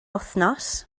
wythnos